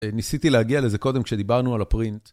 ניסיתי להגיע לזה קודם כשדיברנו על הפרינט.